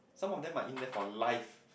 some of them might in death for life